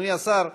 אדוני השר,